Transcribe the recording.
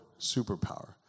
superpower